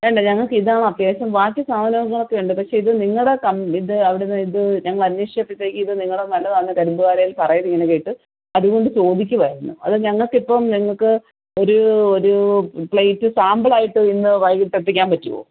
വേണ്ട ഞങ്ങൾക്ക് ഇതാണ് അത്യാവശ്യം ബാക്കി സാധനങ്ങളൊക്കെ ഉണ്ട് പക്ഷേ ഇത് നിങ്ങളുടെ ഇത് അവിടെ നിന്ന് ഇത് ഞങ്ങൾ അന്വേഷിച്ചപ്പോഴത്തേക്ക് ഇത് നിങ്ങളെ നല്ലതാണ് കരിന്തുവാലയിൽ പറയുന്നതിങ്ങനെ കേട്ടു അതുകൊണ്ട് ചോദിക്കുകയായിരുന്നു അത് ഞങ്ങൾക്കിപ്പം ഞങ്ങൾക്ക് ഒരു ഒരു പ്ലേറ്റ് സാമ്പിളായിട്ട് ഇന്ന് വൈകിട്ട് എത്തിക്കാൻ പറ്റുമോ